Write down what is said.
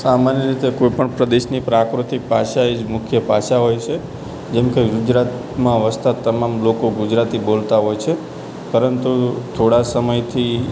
સામાન્ય રીતે કોઇપણ પ્રદેશની પ્રાકૃતિક ભાષા એ જ મુખ્ય ભાષા હોય છે જેમ કે ગુજરાતમાં વસતા તમામ ગુજરાતી લોકો ગુજરાતી બોલતા હોય છે પરંતુ થોડા સમયથી